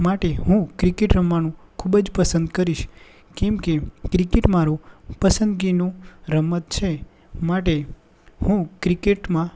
માટે હું ક્રિકેટ રમવાનું ખૂબ જ પસંદ કરીશ કેમકે ક્રિકેટ મારો પસંદગીનો રમત છે માટે હું ક્રિકેટમાં